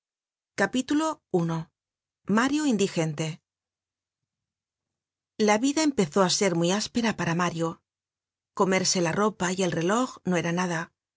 at i mario indigente la vida empezó á ser muy áspera para mario comerse la ropa y el reloj no era nada